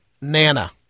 Nana